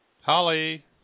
Holly